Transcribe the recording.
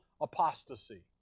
apostasy